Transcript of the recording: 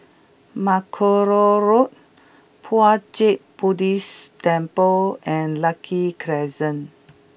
Mackerrow Road Puat Jit Buddhist Temple and Lucky Crescent